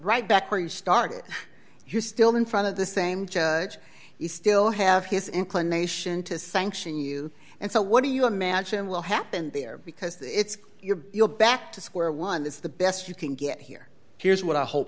right back where you started you're still in front of the same judge you still have his inclination to sanction you and so what do you imagine will happen there because it's you're back to square one that's the best you can get here here's what i hope